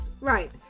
right